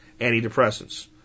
antidepressants